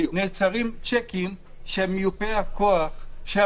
נעצרים צ'קים של הממנה,